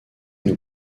nous